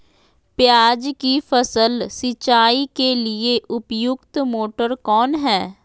प्याज की फसल सिंचाई के लिए उपयुक्त मोटर कौन है?